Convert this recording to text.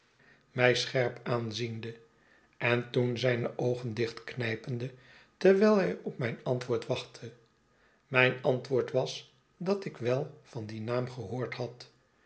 mij scherp aanziende en toen zijne oogen dichtknijpende terwijl hij op mijn antwoord wachtte mijn antwoord was dat ik wel van dien naam gehoord had